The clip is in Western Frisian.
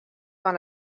fan